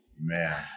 man